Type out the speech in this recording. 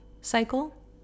cycle